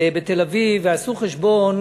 בתל-אביב ועשו חשבון